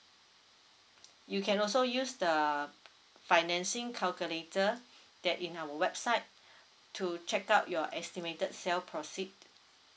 you can also use the financing calculator that in our website to check out your estimated sell proceed